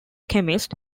chemist